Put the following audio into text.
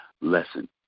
lesson